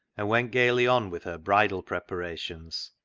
and went gaily on with her bridal pre parations.